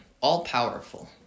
all-powerful